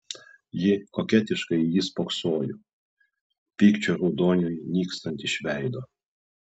ji koketiškai į jį spoksojo pykčio raudoniui nykstant iš veido